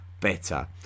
better